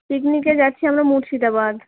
পিকনিকে যাচ্ছি আমরা মুর্শিদাবাদ